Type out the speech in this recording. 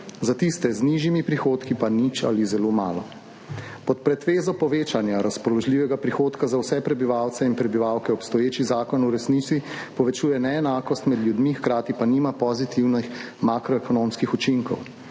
Za tiste z nižjimi prihodki pa nič ali zelo malo. Pod pretvezo povečanja razpoložljivega prihodka za vse prebivalce in prebivalke obstoječi zakon v resnici povečuje neenakost med ljudmi, hkrati pa nima pozitivnih makroekonomskih učinkov.